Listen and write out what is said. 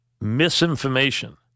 misinformation